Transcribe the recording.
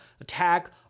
attack